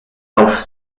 auf